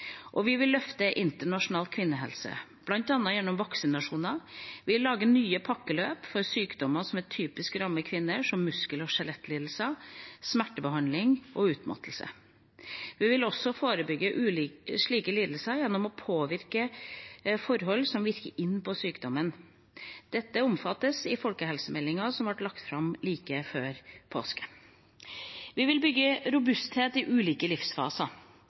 og vi vil løfte internasjonal kvinnehelse, bl.a. gjennom vaksinasjon. Vi lager nye pakkeforløp for sykdommer som typisk rammer kvinner, som muskel- og skjelettlidelser, smertebehandling og utmattelse. Vi må også forebygge slike lidelser gjennom å påvirke forhold som virker inn på sykdommene. Dette omfattes av folkehelsemeldinga som ble lagt fram før påske. Vi vil bygge robusthet i ulike livsfaser.